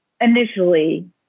initially